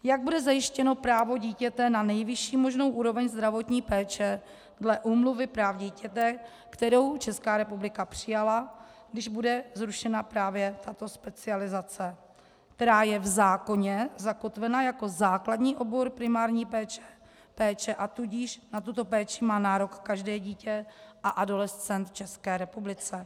Jak bude zajištěno právo dítěte na nejvyšší možnou úroveň zdravotní péče dle Úmluvy o právech dítěte, kterou Česká republika přijala, když bude zrušena právě tato specializace, která je v zákoně zakotvena jako základní obor primární péče, a tudíž na tuto péči má nárok každé dítě a adolescent v České republice?